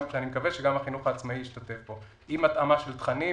אני מקווה שגם החינוך העצמאי השתתף בו עם התאמה של תכנים.